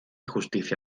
justicia